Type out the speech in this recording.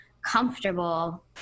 comfortable